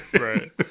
Right